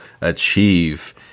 achieve